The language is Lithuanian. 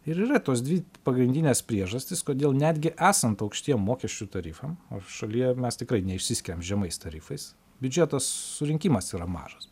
ir yra tos dvi pagrindinės priežastys kodėl netgi esant aukštiem mokesčių tarifam o šalyje mes tikrai neišsiskiriam žemais tarifais biudžeto surinkimas yra mažas